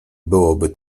byłoby